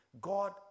God